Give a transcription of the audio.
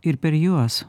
ir per juos